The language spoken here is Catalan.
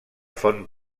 font